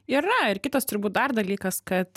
yra ir kitas turbūt dar dalykas kad